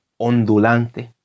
ondulante